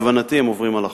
להבנתי, הם עוברים על החוק.